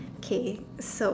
K so